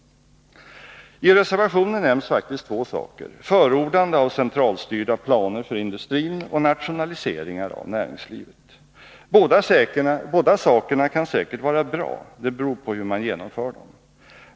I reservationen nämns faktiskt två saker, förordande av centralstyrda planer för industrin och nationaliseringar av näringslivet. Båda sakerna kan säkert vara bra, det beror på hur man genomför dem.